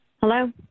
Hello